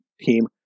team